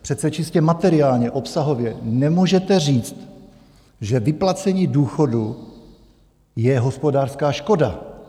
Přece čistě materiálně, obsahově nemůžete říct, že vyplacení důchodu je hospodářská škoda.